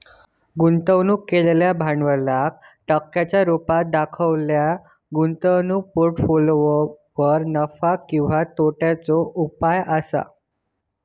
गुंतवणूक केलेल्या भांडवलाक टक्क्यांच्या रुपात देखवलेल्या गुंतवणूक पोर्ट्फोलियोवर नफा किंवा तोट्याचो उपाय असा